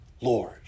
Lord